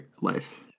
life